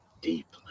deeply